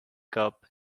cup